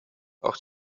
auch